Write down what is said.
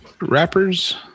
Rappers